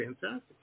fantastic